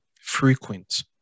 frequent